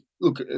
look